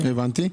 הבנתי.